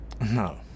No